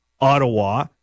Ottawa